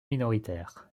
minoritaire